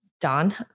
Don